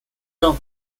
政府